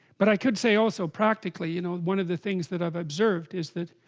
but i could say, also practically you know, one of the things that i've observed is that